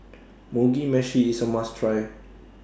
Mugi Meshi IS A must Try